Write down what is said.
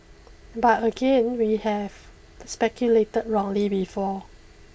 but again we have speculated wrongly before